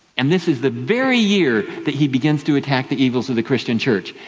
and this is the very year that he begins to attack the evils of the christian church.